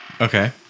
Okay